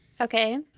Okay